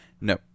no